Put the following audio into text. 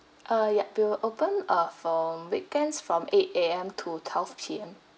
err yup we will open uh from weekends from eight A_M to twelve P_M